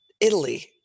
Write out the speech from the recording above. Italy